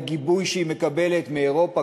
הגיבוי שהיא מקבלת מאירופה,